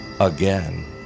again